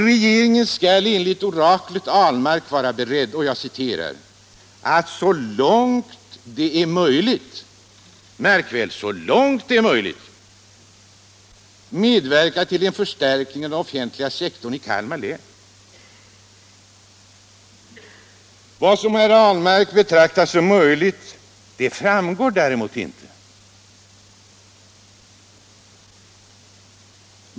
Regeringen skall enligt oraklet herr Ahlmark vara beredd att — märk väl — ”så långt det är möjligt” medverka till en förstärkning av den offentliga sektorn i Kalmar län. Vad som av herr Ahlmark betraktas som möjligt framgår däremot inte.